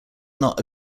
not